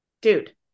dude